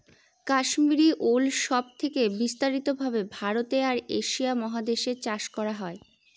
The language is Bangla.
কাশ্মিরী উল সব থেকে বিস্তারিত ভাবে ভারতে আর এশিয়া মহাদেশে চাষ করা হয়